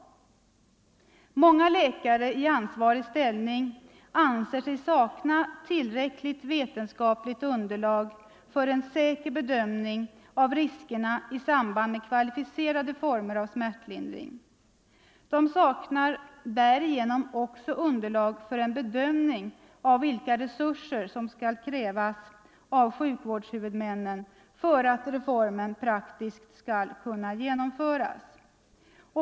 Många läkare i ansvarig ställning anser sig sakna tillräckligt vetenskapligt underlag för en säker bedömning av riskerna i samband med kvalificerade former av smärtlindring. De saknar därigenom också underlag för en bedömning av vilka resurser som skall krävas av sjukvårdshuvudmännen för att reformen praktiskt skall kunna genomföras.